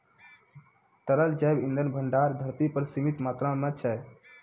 तरल जैव इंधन भंडार धरती पर सीमित मात्रा म छै